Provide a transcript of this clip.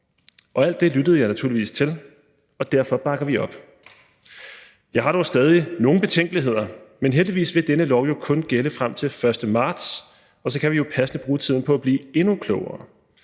Alt det lyttede jeg naturligvis til, og derfor bakker vi op. Jeg har dog stadig nogen betænkeligheder, men heldigvis vil denne lov jo kun gælde frem til den 1. marts, og så kan vi jo passende bruge tiden på at blive endnu klogere.